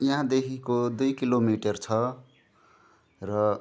यहाँदेखिको दुई किलोमिटर छ र